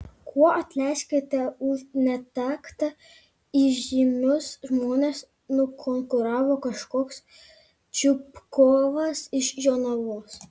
kuo atleiskite už netaktą įžymius žmones nukonkuravo kažkoks čupkovas iš jonavos